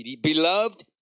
Beloved